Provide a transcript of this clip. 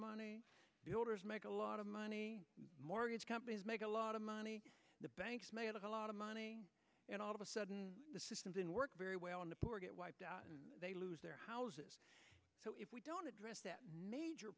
builders make a lot of money mortgage companies make a lot of money the banks made a lot of money and all of a sudden the systems in work very well and the poor get wiped out and they lose their houses so if we don't address that major